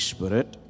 Spirit